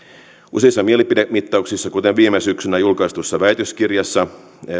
useissa mielipidemittauksissa kuten viime syksynä julkaistussa väitöskirjassa